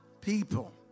people